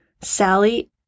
Sally